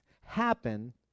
happen